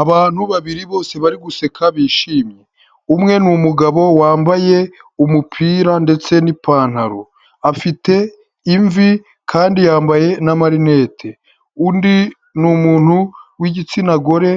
Abantu babiri bose bari guseka bishimye, umwe ni numugabo wambaye umupira ndetse n'ipantaro, afite imvi kandi yambaye na marnete, undi ni umuntu w'igitsina gore